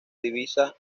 divisa